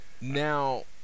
Now